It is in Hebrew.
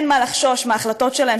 אין מה לחשוש מההחלטות שלהם,